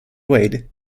weight